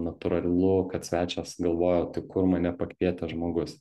natūralu kad svečias galvoja o tai kur mane pakvietęs žmogus